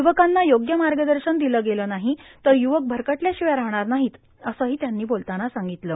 युवकांना योग्य मार्गदर्शन दिलं गेलं नाही तर युवक भरकटल्याशिवाय राहणार नाहीत असंही त्यांनी बोलताना सांगितलं